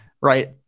right